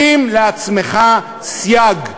שים לעצמך סייג.